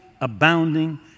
abounding